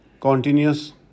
continuous